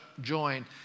join